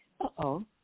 uh-oh